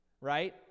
right